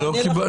מה הנזק שייגרם?